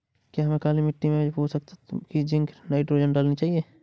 क्या हमें काली मिट्टी में पोषक तत्व की जिंक नाइट्रोजन डालनी चाहिए?